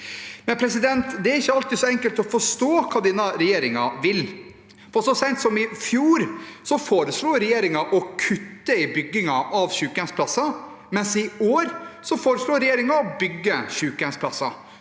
ned. Men det er ikke alltid så enkelt å forstå hva denne regjeringen vil, for så sent som i fjor foreslo regjeringen å kutte i byggingen av sykehjemsplasser, mens den i år foreslår å bygge sykehjemsplasser.